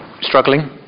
struggling